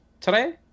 today